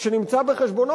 שנמצא בחשבונו,